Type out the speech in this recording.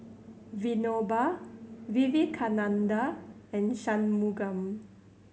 Vinoba Vivekananda and Shunmugam